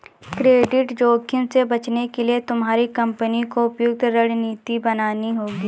credit जोखिम से बचने के लिए तुम्हारी कंपनी को उपयुक्त रणनीति बनानी होगी